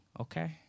okay